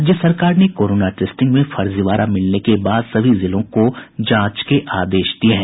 राज्य सरकार ने कोरोना टेस्टिंग में फर्जीवाड़ा मिलने के बाद सभी जिलों को जांच के आदेश दिये हैं